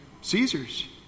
Caesar's